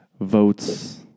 Votes